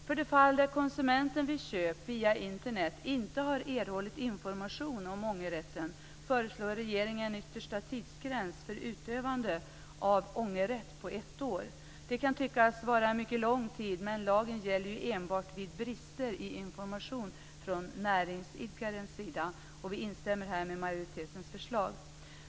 För de fall där konsumenten vid köp via Internet inte har erhållit information om ångerrätten föreslår regeringen en yttersta tidsgräns för utövande av ångerrätt på ett år. Det kan tyckas vara en mycket lång tid, men lagen gäller ju enbart vid brister i information från näringsidkarens sida. Vi instämmer här i utskottsmajoritetens förslag.